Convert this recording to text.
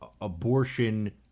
abortion